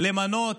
למנות